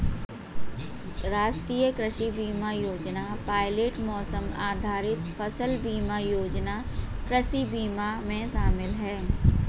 राष्ट्रीय कृषि बीमा योजना पायलट मौसम आधारित फसल बीमा योजना कृषि बीमा में शामिल है